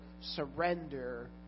surrender